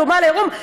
דומה לעירום,